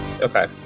Okay